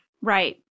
Right